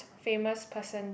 famous person